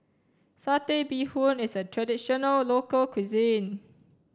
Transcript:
satay bee hoon is a traditional local cuisine